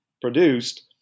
produced